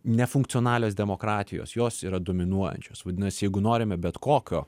nefunkcionalios demokratijos jos yra dominuojančios vadinasi jeigu norime bet kokio